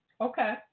Okay